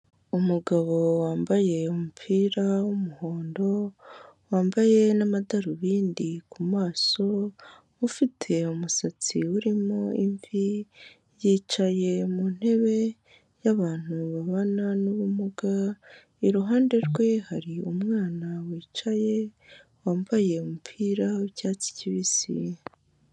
Umugabo wambaye umupira w'umuhondo, wambaye n'amadarubindi ku maso, ufite umusatsi urimo imvi, yicaye mu ntebe y'abantu babana n'ubumuga, iruhande rwe hari umwana wicaye wambaye umupira w'icyatsi kibisi.